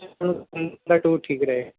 ਦਾ tour ਠੀਕ ਰਹੇ